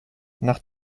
nach